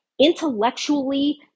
intellectually